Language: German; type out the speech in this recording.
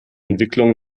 entwicklung